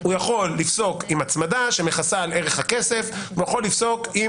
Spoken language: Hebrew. הוא יכול לפסוק עם הצמדה שמכסה על ערך הכסף; והוא יכול לפסוק עם